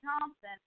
Thompson